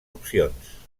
opcions